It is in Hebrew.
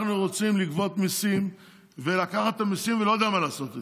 אנחנו רוצים לגבות מיסים ולקחת את המיסים ולא יודע מה לעשות איתם.